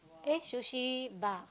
eh Sushi Bar